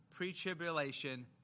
pre-tribulation